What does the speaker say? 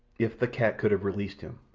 if the cat could have released him!